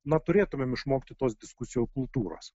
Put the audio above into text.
na turėtumėm išmokti tos diskusijų kultūros